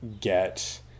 get